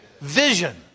Vision